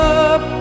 up